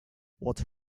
what